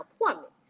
appointments